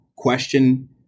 question